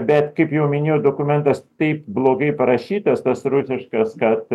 bet kaip jau minėjau dokumentas taip blogai parašytas tas rusiškas kad